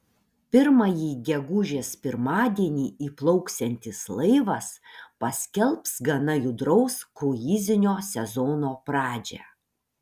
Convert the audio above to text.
pirmąjį gegužės pirmadienį įplauksiantis laivas paskelbs gana judraus kruizinio sezono pradžią